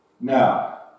Now